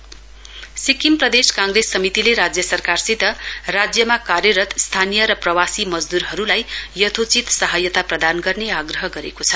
SPCC Sikkim प्रदेश काँग्रेस समितिले राज्य सरकारसित राज्यमा कार्यरत स्थानीय प्रवासी र मजदूरहरुलाई यथोचित सहायता गर्ने आग्रह गरेको छ